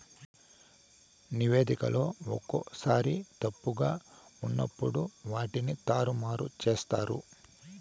నివేదికలో ఒక్కోసారి తప్పుగా ఉన్నప్పుడు వాటిని తారుమారు చేత్తారు